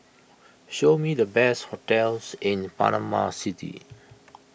show me the best hotels in Panama City